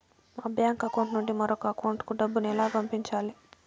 మా bank account నుండి మరొక అకౌంట్ కు డబ్బును ఎలా పంపించాలి